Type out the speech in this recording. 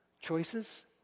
Choices